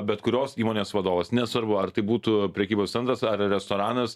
bet kurios įmonės vadovas nesvarbu ar tai būtų prekybos centras ar restoranas